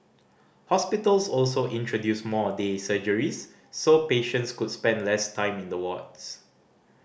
hospitals also introduced more day surgeries so patients could spend less time in the wards